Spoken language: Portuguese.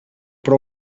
para